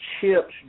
chips